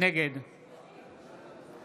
נגד יסמין פרידמן,